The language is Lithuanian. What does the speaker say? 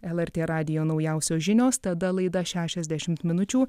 lrt radijo naujausios žinios tada laida šešiasdešimt minučių